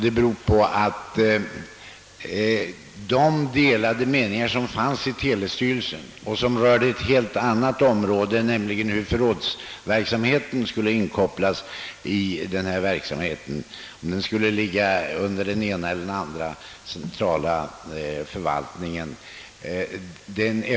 De delade meningar som fanms i telestyrelsen rörde ett helt annat område, nämligen hur förrådsverksamheten skulle kopplas in om den skulle ligga under den ena eller andra delen av centralförvaltningen.